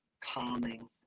calming